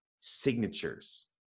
signatures